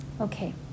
Okay